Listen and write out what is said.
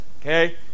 Okay